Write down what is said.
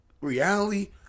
reality